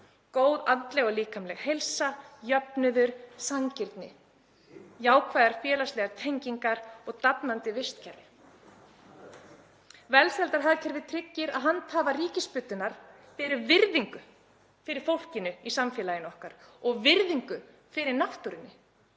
Góð andleg og líkamleg heilsa, jöfnuður, sanngirni, jákvæðar félagslegar tengingar og dafnandi vistkerfi. Velsældarhagkerfið tryggir að handhafar ríkisbuddunnar beri virðingu fyrir fólkinu í samfélagi okkar og virðingu fyrir náttúrunni